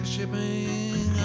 Shipping